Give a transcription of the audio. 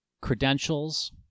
credentials